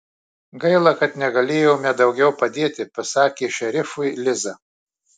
gaila kad negalėjome daugiau padėti pasakė šerifui liza